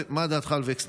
4. מה דעתך על וקסנר?